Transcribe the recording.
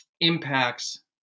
impacts